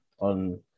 on